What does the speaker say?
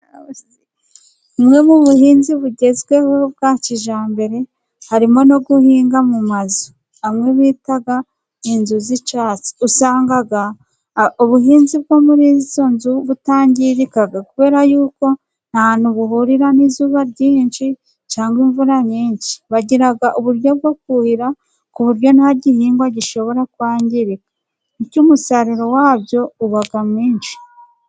Bumwe mu buhinzi bugezweho bwa kijyambere harimo no guhinga mu mazu amwe bita inzu z'icyatsi ,usanga ubuhinzi bwo muri izo nzu butangirika kubera y'uko nta hantu buhurira n'izuba ryinshi cyangwa imvura nyinshi, bagira uburyo bwo kuhira ku buryo nta gihingwa gishobora kwangirika bityo umusaruro wabyo ubaga mwinshi.